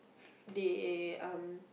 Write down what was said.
they um